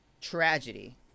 tragedy